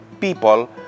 people